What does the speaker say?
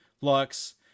Lux